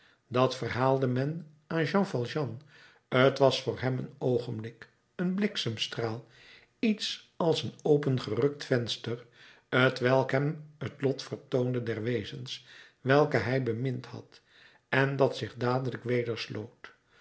dat verhaalde men aan jean valjean t was voor hem een oogenblik een bliksemstraal iets als een opengerukt venster t welk hem het lot vertoonde der wezens welke hij bemind had en dat zich dadelijk